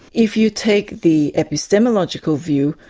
if you take the epistemological view,